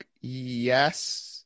yes